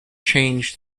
change